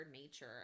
nature